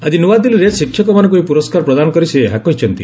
ଆଜି ନୂଆଦିଲ୍ଲୀରେ ଶିକ୍ଷକମାନଙ୍କୁ ଏହି ପୁରସ୍କାର ପ୍ରଦାନ କରି ସେ ଏହା କହିଛନ୍ତି